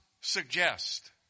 suggest